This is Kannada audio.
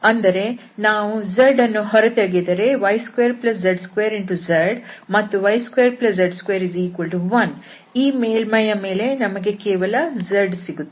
ಅಂದರೆ ನಾವು z ಅನ್ನು ಹೊರತೆಗೆದರೆ y2z2z ಮತ್ತು y2z2 1 ಈ ಮೇಲ್ಮೈಯ ಮೇಲೆ ನಮಗೆ ಕೇವಲ z ಸಿಗುತ್ತದೆ